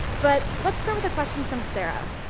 but, let's start with a question from sarah